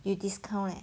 有 discount leh